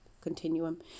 continuum